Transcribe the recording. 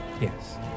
Yes